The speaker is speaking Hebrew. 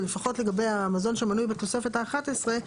או לפחות לגבי המזון שמנוי בתוספת האחרת עשרה,